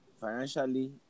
financially